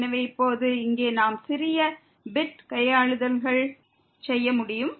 எனவே இப்போது இங்கே நாம் சிறிய பிட் கையாளுதல்களை செய்ய முடியும்